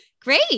Great